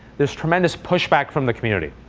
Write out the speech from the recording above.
there's tremendous push back from the community,